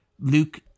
Luke